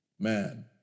man